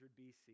bc